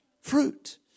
Fruit